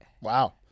Wow